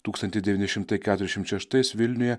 tūkstantis devyni šimtai keturiasdešimt šeštais vilniuje